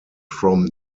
from